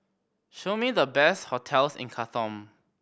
show me the best hotels in Khartoum